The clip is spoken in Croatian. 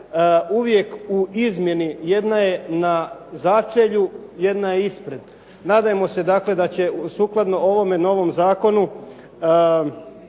uvijek u izmjeni. Jedna je na začelju, jedna je ispred. Nadajmo se dakle da će sukladno ovome novom Zakonu